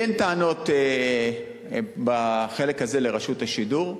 לי אין טענות בחלק הזה לרשות השידור.